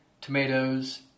tomatoes